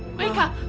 wake up!